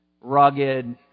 rugged